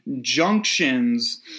junctions